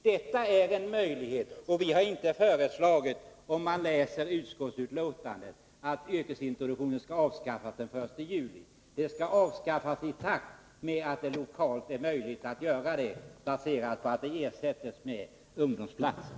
Om man läser utskottsbetänkandet, finner man att vi inte har föreslagit att yrkesintroduktionen skall avskaffas den 1 juli. Den skall avskaffas i takt med att det lokalt är möjligt att göra det, baserat på att den ersätts med ungdomsplatser.